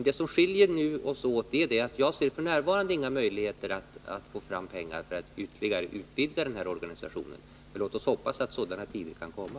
Det som skiljer oss åt är att jag f. n. inte ser några möjligheter att få fram pengar för att ytterligare utvidga organisationen, men låt oss hoppas att sådana tider kan komma.